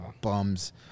bums